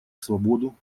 свободу